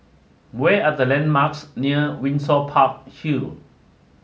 way are the landmarks near Windsor Park Hill